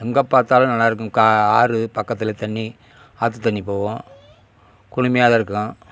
எங்கே பார்த்தாலும் நல்லா இருக்கும் கா ஆறு பக்கத்தில் தண்ணி ஆற்று தண்ணி போகும் குளுமையாக தான் இருக்கும்